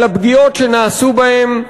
על הפגיעות שנעשו בהם,